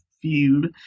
feud